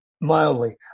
mildly